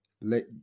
let